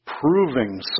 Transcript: proving